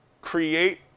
Create